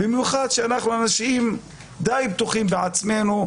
במיוחד שאנחנו די בטוחים בעצמנו,